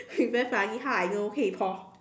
you very funny how I know hey Paul